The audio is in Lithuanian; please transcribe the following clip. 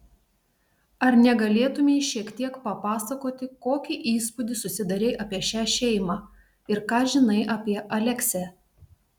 ar negalėtumei šiek tiek papasakoti kokį įspūdį susidarei apie šią šeimą ir ką žinai apie aleksę